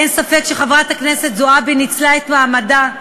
אין ספק שחברת הכנסת זועבי ניצלה את מעמדה,